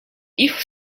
ich